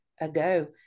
ago